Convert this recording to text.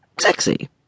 sexy